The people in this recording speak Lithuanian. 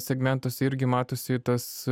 segmentuose irgi matosi tas